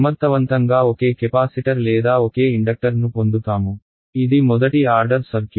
సమర్థవంతంగా ఒకే కెపాసిటర్ లేదా ఒకే ఇండక్టర్ను పొందుతాము ఇది మొదటి ఆర్డర్ సర్క్యూట్